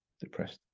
depressed